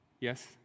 Yes